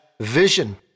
vision